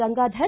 Gangadhar